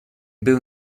był